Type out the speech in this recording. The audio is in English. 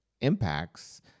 impacts